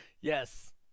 Yes